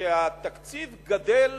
שהתקציב גדל